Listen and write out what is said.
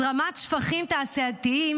הזרמת שפכים תעשייתיים,